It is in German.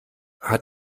hat